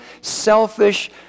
selfish